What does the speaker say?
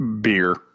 beer